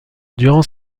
durant